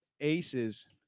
aces